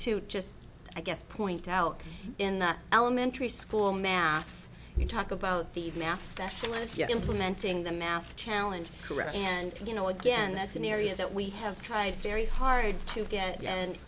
to just i guess point out in the elementary school math you talk about the math that you want to implementing the math challenge correct and you know again that's an area that we have tried very hard to get a